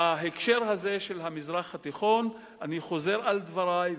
בהקשר הזה של המזרח התיכון אני חוזר על דברי,